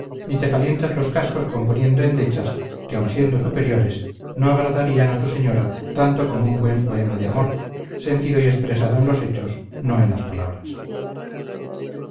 ni te calientes los cascos componiendo endechas que aun siendo superiores no agradarían a tu señora tanto como un buen poema de amor sentido y expresado en los hechos no en las palabras